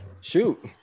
shoot